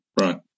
right